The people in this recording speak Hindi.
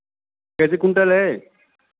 कैसे कुंटल हैं